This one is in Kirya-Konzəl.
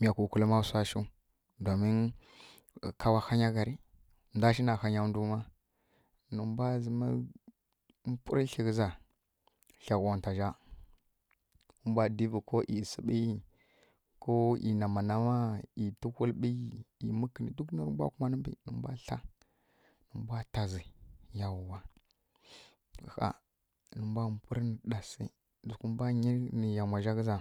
Miya kwukwulǝ ma wsashu, domin kawa hany ghari? Ndwashi na hanya ndwu ma nǝ mbwa zǝma mpwurǝ kli ghǝza klaghwaunta zja nǝmba divǝ ko ei siɓi ko ei nama nama ei tǝhwulɓi ei mǝkǝni dik na rǝ mbwa kumani mbi nǝmbwa tla nǝ mbwa ta zi yawwa ɦaa nǝ mbwa purǝ nǝ ɗassi dzuhǝ mbwa nyi nǝ yamwa zja ghǝza